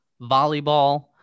volleyball